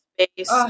space